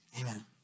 Amen